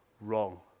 wrong